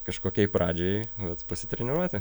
kažkokiai pradžiai vat pasitreniruoti